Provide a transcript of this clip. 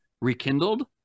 rekindled